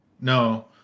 no